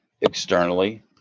externally